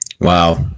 wow